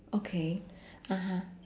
okay (uh huh)